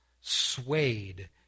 swayed